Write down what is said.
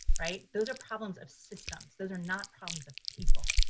right? those are problems of systems. those are not problems of people.